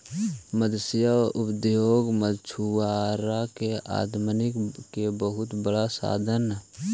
मत्स्य उद्योग मछुआरा के आमदनी के बहुत बड़ा साधन हइ